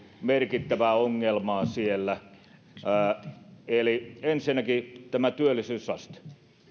merkittävää ongelmaa siellä ensinnäkin tämä työllisyysaste